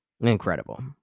Incredible